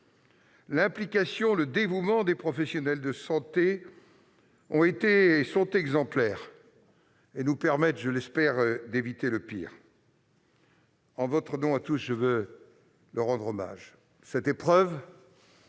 L'implication et le dévouement des professionnels de santé sont exemplaires et nous permettront, je l'espère, d'éviter le pire. En notre nom à tous, je veux leur rendre hommage. Hélas, cette épreuve